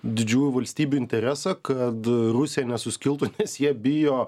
didžiųjų valstybių interesą kad rusija nesuskiltų nes jie bijo